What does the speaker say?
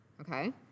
okay